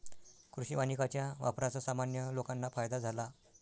कृषी वानिकाच्या वापराचा सामान्य लोकांना फायदा झाला